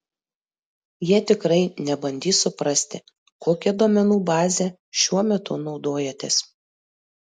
jie tikrai nebandys suprasti kokia duomenų baze šiuo metu naudojatės